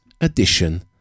edition